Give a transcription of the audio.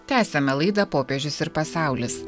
tęsiame laidą popiežius ir pasaulis